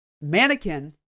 mannequin